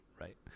Right